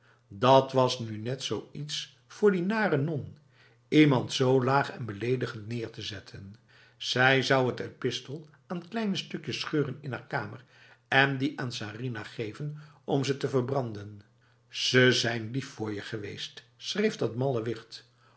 dat was nu net zoiets voor die nare non iemand zo laag en beledigend neer te zetten zij zou het epistel aan kleine stukjes scheuren in haar kamer en die aan sarinah geven om ze te verbranden ze zijn lief voor je geweest schreef dat malle wicht